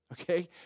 Okay